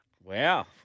Wow